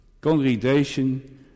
Congregation